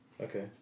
Okay